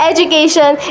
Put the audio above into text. Education